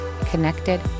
connected